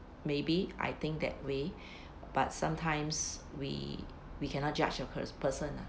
maybe I think that way but sometimes we we cannot judge a pers~ person ah